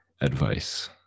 advice